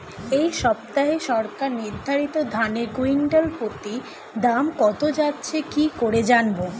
এই সপ্তাহে সরকার নির্ধারিত ধানের কুইন্টাল প্রতি দাম কত যাচ্ছে কি করে জানবো?